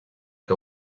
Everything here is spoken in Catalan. que